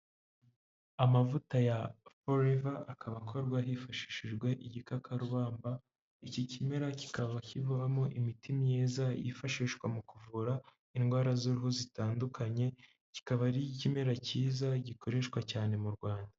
Amavuta ya foreva akaba akorwa hifashishijwe igikakarubamba, iki kimera kikaba kivamo imiti myiza yifashishwa mu kuvura indwara z'uruhu zitandukanye, kikaba ari ikimera cyiza gikoreshwa cyane mu Rwanda.